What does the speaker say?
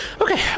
Okay